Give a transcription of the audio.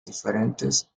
diferentes